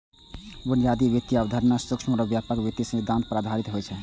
बुनियादी वित्तीय अवधारणा सूक्ष्म आ व्यापक वित्तीय सिद्धांत पर आधारित होइ छै